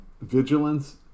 Vigilance